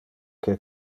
que